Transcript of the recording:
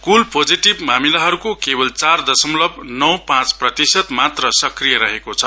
कुल positive मामिलाहरुको केवल चार दशमलव नौ पाँच प्रतिशत मात्र सक्रिय रहेको छ